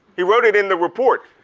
he wrote it in the report.